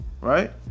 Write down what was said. Right